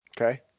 Okay